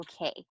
okay